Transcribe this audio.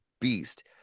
beast